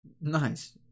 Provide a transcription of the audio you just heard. Nice